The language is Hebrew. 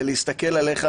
להסתכל עליך,